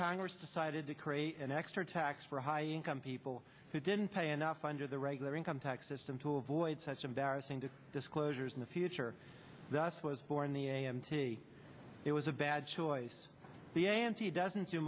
congress decided to create an extra tax for high income people who didn't pay enough under the regular income tax system to avoid such embarrassing to disclosures in the future thus was born the a m t it was a bad choice b and c doesn't do